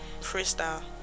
freestyle